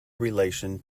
relation